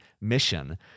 mission